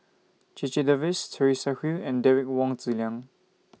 Checha Davies Teresa Hsu and Derek Wong Zi Liang